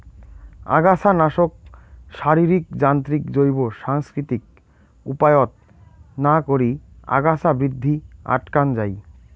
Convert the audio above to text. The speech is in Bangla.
আগাছানাশক, শারীরিক, যান্ত্রিক, জৈব, সাংস্কৃতিক উপায়ত না করি আগাছা বৃদ্ধি আটকান যাই